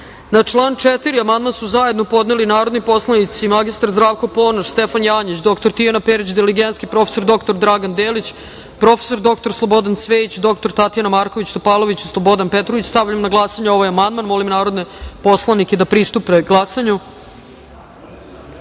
član 4. amandman su zajedno podneli narodni poslanici mr Zdravko Ponoš, Stefan Janjić, dr Tijana Perić Diligenski, prof. dr Dragan Delić, prof. dr Slobodan Cvejić, dr Tatjana Marković Topalović i Slobodan Petrović. Stavljam na glasanje ovaj amandman. Molim narodne poslanike da glasaju. Zaključujem